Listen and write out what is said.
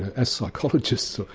as psychologists,